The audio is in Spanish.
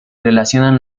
relacionan